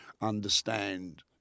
understand